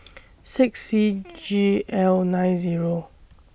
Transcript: six C G L nine Zero